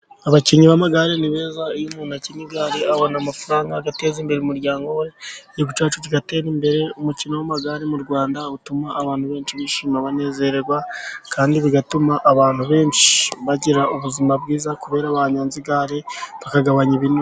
Abakinnyi b'amagare beza. Iyo umuntu akina igare, abona amafaranga agateza imbere umuryango we, n'igihugu cyacu kigatera imbere. Umukino w'amagare mu Rwanda utuma abantu benshi bishima, banezerwa kandi bigatuma abantu benshi bagira ubuzima bwiza, kubera banyonze igare bakagabanya ibinire.